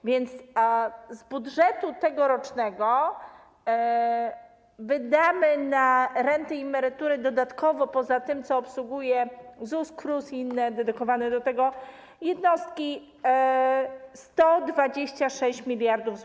A więc z budżetu tegorocznego wydamy na renty i emerytury dodatkowo, poza tym, co obsługują ZUS, KRUS i inne dedykowane temu jednostki, 126 mld zł.